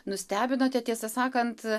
nustebinote tiesą sakant